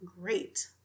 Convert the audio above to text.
great